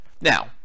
Now